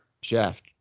Jeff